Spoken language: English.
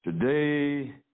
Today